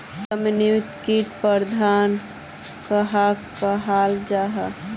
समन्वित किट प्रबंधन कहाक कहाल जाहा झे?